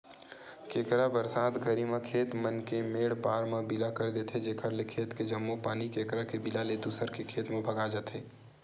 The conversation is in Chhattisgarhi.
केंकरा बरसात घरी म खेत मन के मेंड पार म बिला कर देथे जेकर ले खेत के जम्मो पानी केंकरा के बिला ले दूसर के खेत म भगा जथे